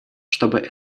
чтобы